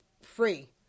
free